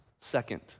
Second